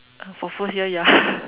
for first year ya